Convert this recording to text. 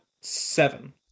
Seven